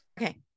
Okay